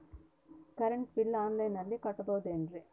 Current bill ಆನ್ಲೈನಿನಲ್ಲಿ ಕಟ್ಟಬಹುದು ಏನ್ರಿ?